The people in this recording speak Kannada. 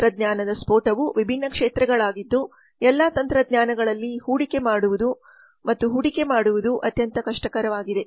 ತಂತ್ರಜ್ಞಾನದ ಸ್ಫೋಟವು ವಿಭಿನ್ನ ಕ್ಷೇತ್ರಗಳಾಗಿದ್ದು ಎಲ್ಲಾ ತಂತ್ರಜ್ಞಾನಗಳಲ್ಲಿ ಹೂಡಿಕೆ ಮಾಡುವುದು ಮತ್ತು ಹೂಡಿಕೆ ಮಾಡುವುದು ಅತ್ಯಂತ ಕಷ್ಟಕರವಾಗಿದೆ